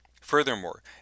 Furthermore